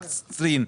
על קצרין,